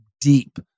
deep